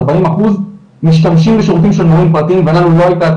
ארבעים אחוז משתמשים בשירותים של מורים פרטיים ולנו לא הייתה את